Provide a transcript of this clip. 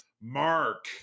Mark